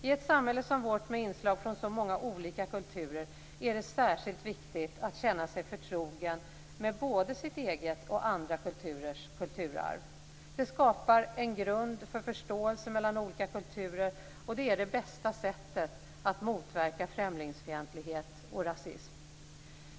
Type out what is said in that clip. I ett samhälle som vårt, med inslag från så många olika kulturer, är det särskilt viktigt att känna sig förtrogen med både sitt eget och andra kulturers kulturarv. Det skapar en grund för förståelse mellan olika kulturer, och det är det bästa sättet att motverka främlingsfientlighet och rasism.